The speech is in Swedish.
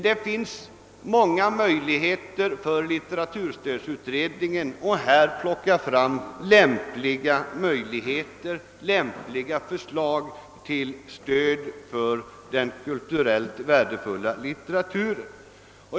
Det finns många möjligheter för litteraturstödutredningen att här finna lämpliga förslag till stöd för den kulturellt värdefulla litteraturen.